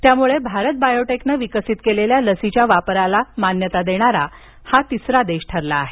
त्यामुळे भारत बायोटेकनं विकसित केलेल्या लसीच्या वापरास मण्यात देणारा हा तिसरा देश ठरला आहे